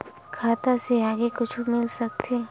खाता से आगे कुछु मिल सकथे?